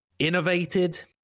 innovated